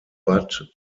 bud